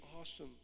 awesome